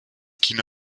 china